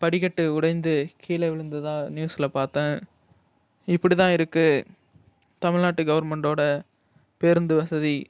படிக்கட்டு உடைந்து கீழே விழுந்ததாக நியூஸில் பார்த்தேன் இப்படிதான் இருக்கு தமிழ்நாட்டு கவர்மெண்ட்டோட பேருந்து வசதி